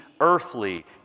earthly